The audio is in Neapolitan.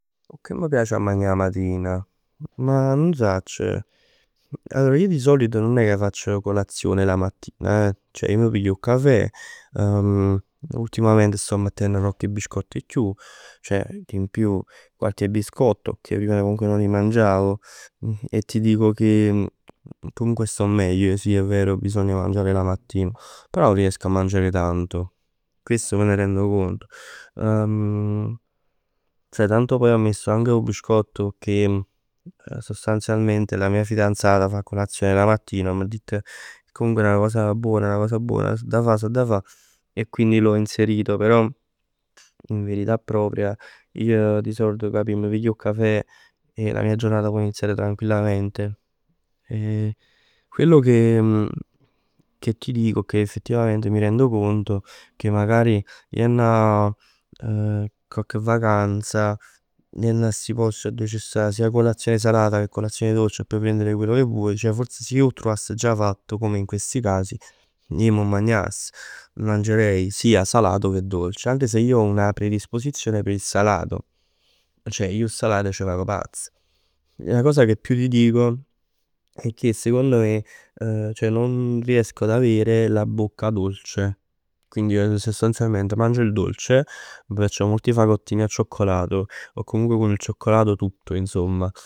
Che m' piac 'a magnà 'a matin? Ma nun sacc. Allora io di solito nun è che facc colazione la mattina eh. Ceh ij m' piglio 'o cafè. Ultimament sto mettenn cocche biscotto 'e chiù. Ceh in più, qualche biscotto. Pecchè prima comunque non li mangiavo. E ti dico che comunque sto meglio. Sì è vero, bisogna mangiare la mattina. Però riesco a mangiare tanto. Questo me ne rendo conto. Ceh tanto poi ho messo 'o biscotto pecchè sostanzialmente la mia fidanzata fa colazione la mattina e m'è ditt che comunque è una cosa buona, è una cosa buona, s'adda fa, s'adda fa e quindi l'ho inserito. Però in verità propria, ij di solito capì, m' piglio 'o cafè e la mia giornata può iniziare tranquillamente. Quello che, che ti dico, è che effettivamente mi rendo conto che magari jenn 'a cocche vacanza, dint 'a sti posti arò c' sta sia colazione salata che colazione dolce e puoi prendere quello che vuoi. Ceh forse si ij 'o truvass già fatto come in questi casi, io m' 'o magnass. Mangerei sia salato che dolce. Anche se io ho una predisposizione per il salato. Ceh ij 'o salato c' vag pazz. 'Na cosa che più ti dico è che secondo me, ceh non riesco ad avere la bocca dolce. Quindi io sostanzialmente mangio il dolce, mi piacciono molto i fagottini al cioccolato, o comunque con il cioccolato tutto insomma.